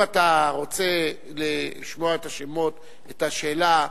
אם אתה רוצה לשמוע את השאלה,